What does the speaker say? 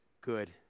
good